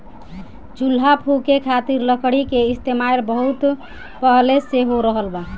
चूल्हा फुके खातिर लकड़ी के इस्तेमाल बहुत पहिले से हो रहल बा